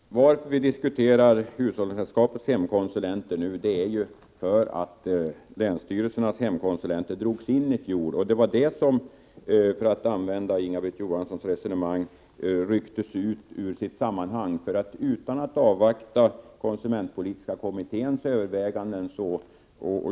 Herr talman! Att vi nu diskuterar hushållningssällskapens hemkonsulenter beror på att länsstyrelsernas hemkonsulenter i fjol drogs in. Det var det som, för att använda Inga-Britt Johanssons uttryck, rycktes ut ur sitt sammanhang — utan att avvakta konsumentpolitiska kommitténs överväganden.